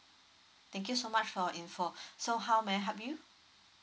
thank you so much for your info so how may I help you